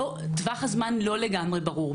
טווח הזמן לא לגמרי ברור.